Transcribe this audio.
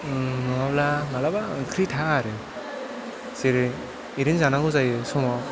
ओं नङाब्ला मालाबा ओंख्रि थाया आरो जेरै एरैनो जानांगौ जायो समाव